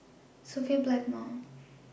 Sophia Blackmore